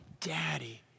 Daddy